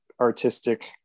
artistic